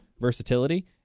versatility